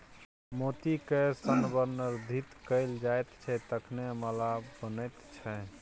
मोतीकए संवर्धित कैल जाइत छै तखने माला बनैत छै